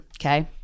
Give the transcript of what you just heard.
okay